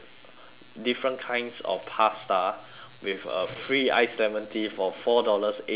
different kinds of pasta with a free ice lemon tea for four dollars eighty cent